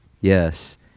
Yes